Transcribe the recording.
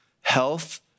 health